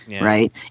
right